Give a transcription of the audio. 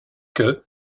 que